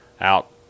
out